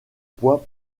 poids